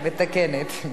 מתקנת.